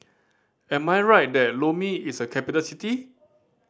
am I right that Lome is a capital city